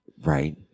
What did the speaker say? Right